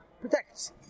Protects